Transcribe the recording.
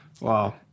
Wow